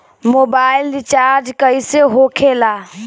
Mobile recharge कैसे होखे ला?